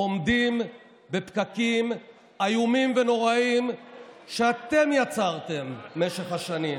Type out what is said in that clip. עומדים בפקקים איומים ונוראים שאתם יצרתם במשך השנים.